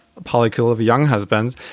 polical of young husbands,